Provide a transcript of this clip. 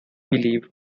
believed